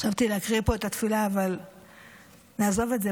חשבתי להקריא פה את התפילה, אבל נעזוב את זה.